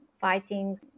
fighting